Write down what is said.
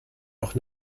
auch